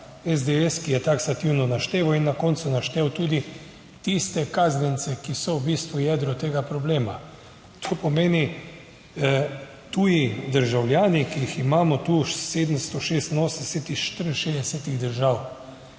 SDS, ki je taksativno naštel in na koncu naštel tudi tiste kaznjence, ki so v bistvu jedro tega problema. To pomeni, tuji državljani, ki jih imamo tu 786 iz 64 držav.